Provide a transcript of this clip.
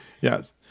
Yes